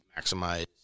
maximize